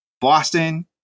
Boston